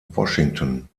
washington